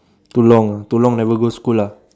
too long ah too long never go school lah